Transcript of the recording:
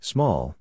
Small